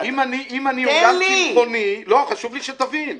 אם יש לי אולם צמחוני חשוב לי שתבין --- למה,